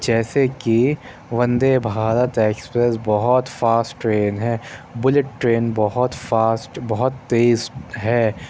جیسے کہ وندے بھارت ایکسپریس بہت فاسٹ ٹرین ہے بلٹ ٹرین بہت فاسٹ بہت تیز ہے